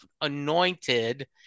anointed